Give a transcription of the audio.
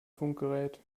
funkgerät